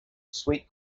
sweet